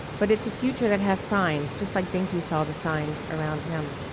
but it's a future that has signs, just like benki saw the signs around him.